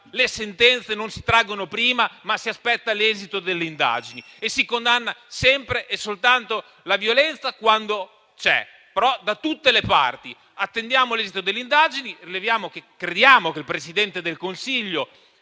le sentenze non si traggono prima, ma si aspetta l'esito dell'indagine e si condanna sempre e soltanto la violenza, quando c'è, però da tutte le parti. Attendiamo l'esito delle indagini. Crediamo che il Presidente del Consiglio